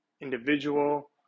individual